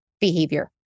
behavior